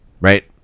right